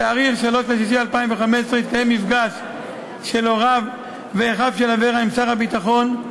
בתאריך 3 ביוני 2015 התקיים מפגש של הוריו ואחיו של אברה עם שר הביטחון,